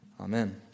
amen